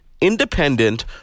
independent